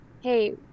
hey